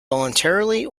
voluntarily